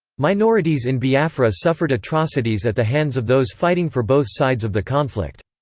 minorities in biafra suffered atrocities at the hands of those fighting for both sides of the conflict.